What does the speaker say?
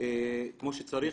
כמו שצריך.